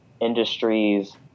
industries